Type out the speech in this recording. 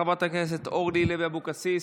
חברת הכנסת אורלי לוי אבקסיס,